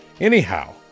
Anyhow